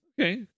Okay